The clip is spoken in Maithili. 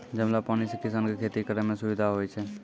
जमलो पानी से किसान के खेती करै मे भी सुबिधा होय छै